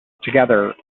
together